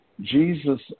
Jesus